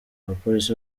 abapolisi